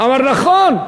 אמר: נכון.